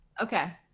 Okay